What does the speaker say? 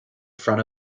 front